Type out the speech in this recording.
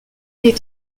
est